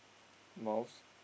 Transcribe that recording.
mouse